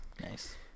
Nice